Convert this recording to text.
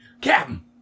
Captain